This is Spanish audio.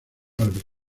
árbitro